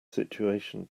situation